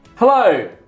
Hello